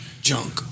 junk